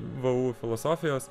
vu filosofijos